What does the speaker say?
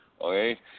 Okay